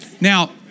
Now